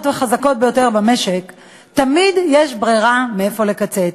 והחזקות ביותר במשק תמיד יש ברירה איפה לקצץ.